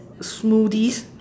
smoothies